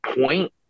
point